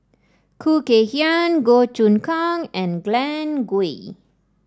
Khoo Kay Hian Goh Choon Kang and Glen Goei